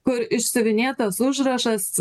kur išsiuvinėtas užrašas